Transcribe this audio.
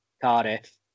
Cardiff